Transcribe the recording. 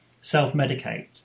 self-medicate